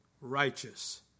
righteous